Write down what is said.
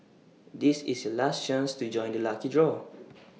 this is your last chance to join the lucky draw